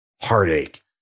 heartache